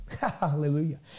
Hallelujah